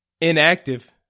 Inactive